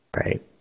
Right